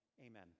Amen